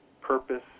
purpose